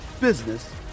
business